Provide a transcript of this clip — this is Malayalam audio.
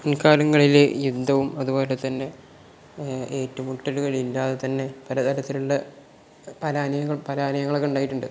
മൺകാലങ്ങളിലെ യുദ്ധവും അതു പോലെ തന്നെ ഏറ്റുമുട്ടലുകളില്ലാതെ തന്നെ പലതരത്തിലുള്ള പലാനയങ്ങൾ പലാനയങ്ങളൊക്കെ ഉണ്ടായിട്ടുണ്ട്